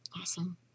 Awesome